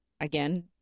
Again